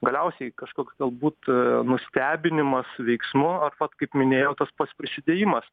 galiausiai kažkoks galbūt nustebinimas veiksmu ar vat kaip minėjau tas pats prisidėjimas